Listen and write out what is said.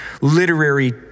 literary